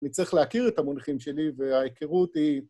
‫אני צריך להכיר את המונחים שלי ‫וההיכרות היא...